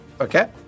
Okay